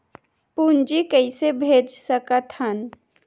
पूंजी कइसे भेज सकत हन?